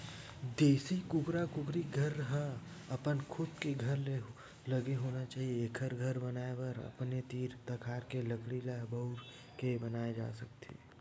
देसी कुकरा कुकरी के घर ह अपन खुद के घर ले लगे होना चाही एखर घर बनाए बर अपने तीर तखार के लकड़ी ल बउर के बनाए जा सकत हे